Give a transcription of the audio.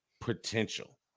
potential